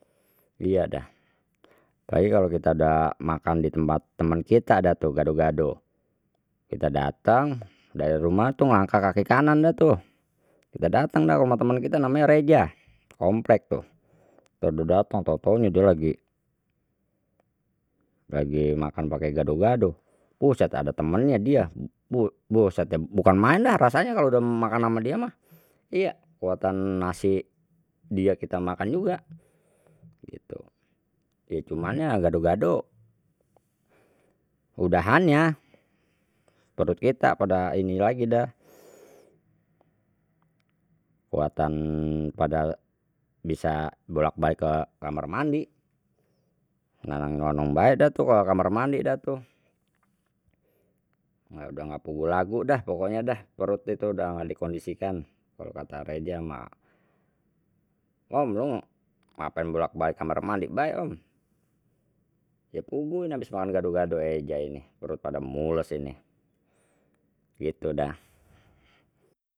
Iya dah, apalagi kalau kita makan di tempat temen kita dah tu gado gado kita dateng dari rumah langkah kaki kanan dah tu kita dateng dah rumah temen kita namenye reja, komplek tu dah daeng tau taunya dia lagi, lagi makan pake gado gado buset ada temennye dia buset dah bukan main dah rasanya kalau udah makan ama dia mah iya, kuatan nasi dia kita makan juga gitu, ya cuman ya gado gado udahannya perut kita pada ini lagi dah kuatan pada bisa bolak balik ke kamar mandi, nylanang nylonong bae dah tu ke kamar mandi dah tu, udah ga puguh lagu dah pokoknya dah perut itu udah nggak dikondisikan kalau kata reja mah om lu ngapain bolak balik kamar mandi bae om ya puguh ini habis makan gado gado eja ini perut pada mules ini gitu dah.